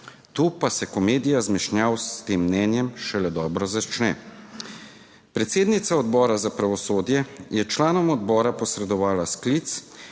tu pa se komedija zmešnjav s tem mnenjem šele dobro začne. Predsednica Odbora za pravosodje je članom odbora posredovala sklic